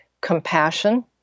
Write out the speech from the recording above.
compassion